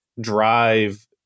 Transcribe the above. drive